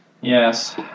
Yes